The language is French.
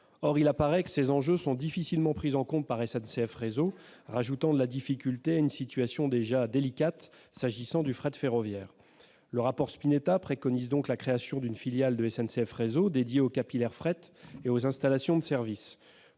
Or il apparaît que ces enjeux sont difficilement pris en compte par SNCF Réseau, rajoutant de la difficulté à une situation déjà délicate s'agissant du fret ferroviaire. L'auteur du rapport Spinetta préconise donc la création d'une filiale de SNCF Réseau dédiée aux lignes capillaires fret et aux installations de services.